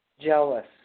jealous